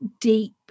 deep